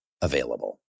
available